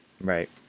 Right